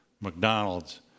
McDonald's